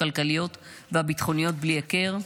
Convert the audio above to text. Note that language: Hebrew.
הכלכליות והביטחוניות בלי היכר.